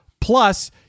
Plus